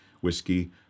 Whiskey